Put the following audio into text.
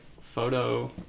photo